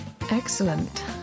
Excellent